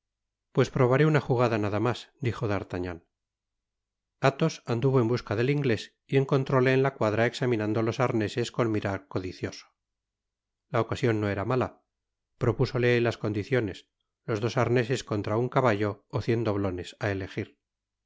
pues probaré uña jugada nada mas dijo d'artagnan athos anduvo en busca det inglés y encontróle en la cuadra examinando los arneses con mirar codicioso la ocasion no era mala propúsole las condiciones los dos arneses contra un cabalto ó cien doblones á elegir